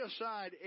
aside